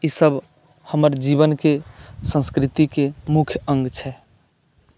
ईसभ हमर जीवनके संस्कृतिके मुख्य अङ्ग छै